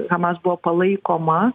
hamas buvo palaikoma